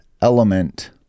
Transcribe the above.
element